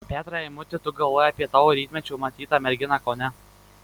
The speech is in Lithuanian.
petrai eimuti tu galvoji apie tavo rytmečiu matytą merginą kaune